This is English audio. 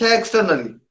externally